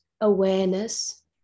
awareness